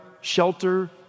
shelter